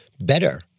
better